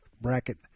bracket